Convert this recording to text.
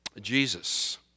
Jesus